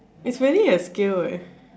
it's really a skill eh